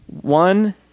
One